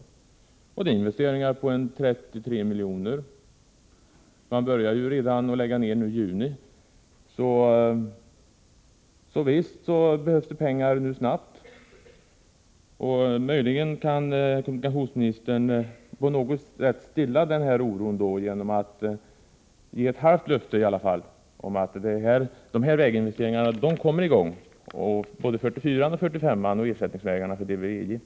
Det för med sig väginvesteringar på 33 milj.kr. Man börjar redan nu i juni att lägga ned järnvägen, så visst behövs det pengar snabbt. Kommunikationsministern kan möjligen på något sätt stilla oron genom att i alla fall ge ett halvt löfte om att väginvesteringarna kommer i gång när det gäller både byggandet av riksvägarna 44 och 45 och byggandet av ersättningsvägarna.